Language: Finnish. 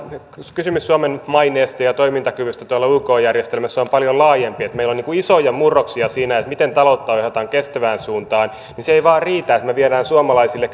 kysymys suomen maineesta ja toimintakyvystä yk järjestelmässä on paljon laajempi meillä on isoja murroksia siinä miten taloutta ohjataan kestävään suuntaan se ei vain riitä että me viemme suomalaisille